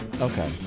Okay